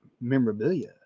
memorabilia